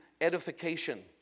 edification